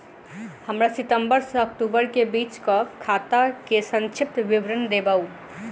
हमरा सितम्बर सँ अक्टूबर केँ बीचक खाता केँ संक्षिप्त विवरण देखाऊ?